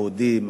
יהודים,